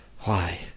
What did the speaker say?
Why